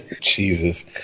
Jesus